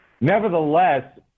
Nevertheless